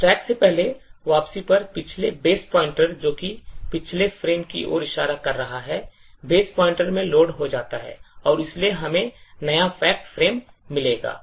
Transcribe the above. तो stack से पहली वापसी पर पिछले बेस पॉइंटर जो कि पिछले फ्रेम की ओर इशारा कर रहा है बेस पॉइंटर में लोड हो जाता है और इसलिए हमें नया फैक्ट फ्रेम मिलेगा